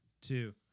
two